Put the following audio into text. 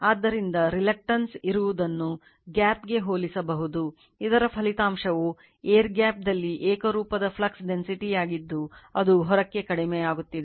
ಆದ್ದರಿಂದ ಇದು ಮೂಲತಃ non linear ಯಾಗಿದ್ದು ಅದು ಹೊರಕ್ಕೆ ಕಡಿಮೆಯಾಗುತ್ತಿದೆ